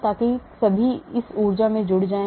ताकि सभी इस ऊर्जा में जुड़ जाएं